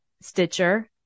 Stitcher